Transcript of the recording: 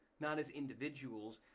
not as individuals.